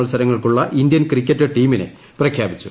മത്സരങ്ങൾക്കുള്ള Indian cricket ടീമിനെ പ്രഖ്യാപിച്ചു